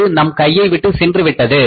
இது நம் கையை விட்டு சென்றுவிட்டது